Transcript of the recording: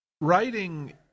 writing